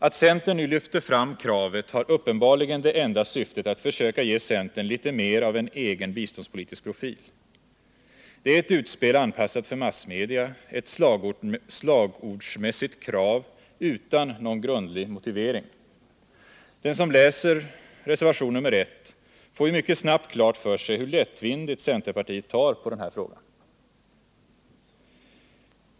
Att centern nu lyfter fram kravet har uppenbarligen det enda syftet att försöka ge centern litet mer av en egen biståndspolitisk profil. Det är ett utspel anpassat för massmedia, ett slagordsmässigt krav utan någon grundlig motivering. Den som läser reservationen 1 får ju mycket snabbt klart för sig hur lättvindigt centerpartiet tar på den här frågan.